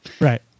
Right